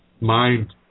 mind